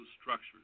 structures